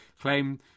claim